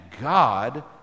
God